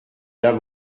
dames